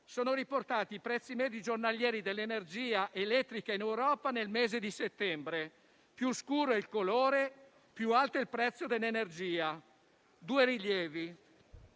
sono riportati i prezzi medi giornalieri dell'energia elettrica in Europa nel mese di settembre: più scuro è il colore, più alto è il prezzo dell'energia. Faccio due rilievi: